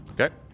Okay